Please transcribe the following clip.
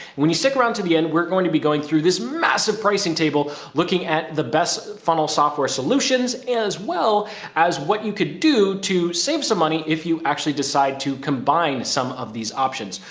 when you stick around to the end, we're going to be going through this massive pricing table, looking at the best funnel software solutions, as well as what you could do to save some money. if you actually decide to combine some of these options.